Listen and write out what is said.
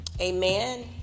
Amen